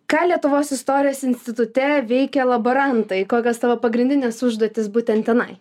ką lietuvos istorijos institute veikia laborantai kokios tavo pagrindinės užduotys būtent tenai